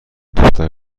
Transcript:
دختر